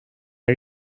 are